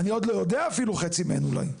אני עוד לא יודע אפילו חצי מהן אולי.